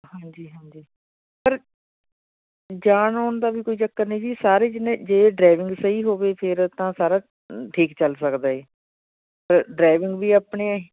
ਹਾਂਜੀ ਹਾਂਜੀ ਚਲ ਜਾਣ ਆਉਣ ਦਾ ਵੀ ਕੋਈ ਚੱਕਰ ਨਹੀਂ ਜੀ ਸਾਰੇ ਜਿੰਨੇ ਜੇ ਡਰਾਈਵਿੰਗ ਸਹੀ ਹੋਵੇ ਫਿਰ ਤਾਂ ਸਾਰਾ ਠੀਕ ਚੱਲ ਸਕਦਾ ਏ ਡਰਾਈਵਿੰਗ ਵੀ ਆਪਣੇ